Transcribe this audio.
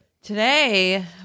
Today